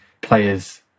players